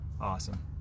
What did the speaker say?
Awesome